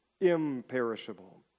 imperishable